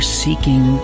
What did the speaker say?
seeking